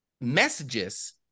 messages